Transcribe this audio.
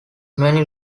many